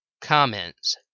Comments